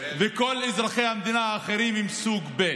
וכל אזרחי המדינה האחרים הם סוג ב'.